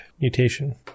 mutation